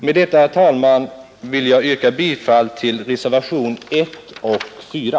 Med det anförda, herr talman, vill jag yrka bifall till reservationerna 1 och 4.